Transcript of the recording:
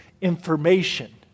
information